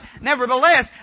nevertheless